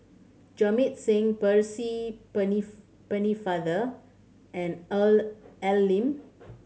Jamit Singh Percy Pennefather and Al Lim